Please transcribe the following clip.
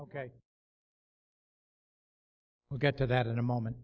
k we'll get to that in a moment